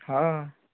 हा